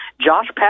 Josh